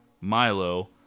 Milo